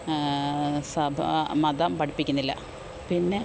സഭാ മതം പഠിപ്പിക്കുന്നില്ല പിന്നെ